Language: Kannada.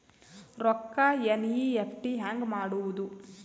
ರೊಕ್ಕ ಎನ್.ಇ.ಎಫ್.ಟಿ ಹ್ಯಾಂಗ್ ಮಾಡುವುದು?